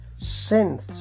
synths